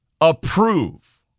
approve